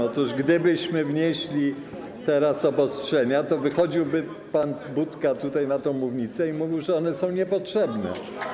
Otóż gdybyśmy wprowadzili teraz obostrzenia, to wychodziłby pan Budka tutaj, na tę mównicę i mówił, że one są niepotrzebne.